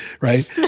right